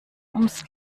ums